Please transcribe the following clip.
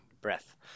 breath